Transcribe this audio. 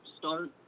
Start